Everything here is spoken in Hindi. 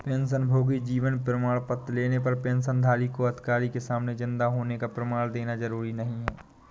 पेंशनभोगी जीवन प्रमाण पत्र लेने पर पेंशनधारी को अधिकारी के सामने जिन्दा होने का प्रमाण देना जरुरी नहीं